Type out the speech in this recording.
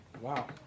wow